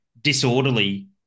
disorderly